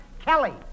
Kelly